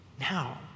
Now